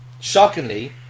shockingly